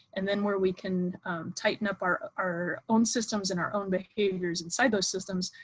and then where we can tighten up our our own systems and our own behaviors inside those systems.